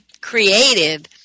creative